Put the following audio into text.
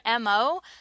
MO